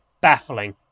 baffling